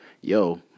yo